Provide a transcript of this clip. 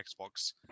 Xbox